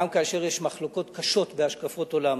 גם כאשר יש מחלוקות קשות בהשקפות עולם.